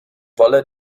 wolle